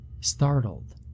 startled